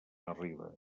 arriba